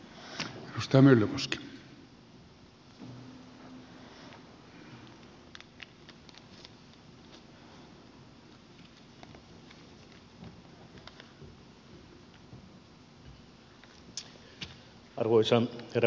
arvoisa herra puhemies